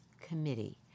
committee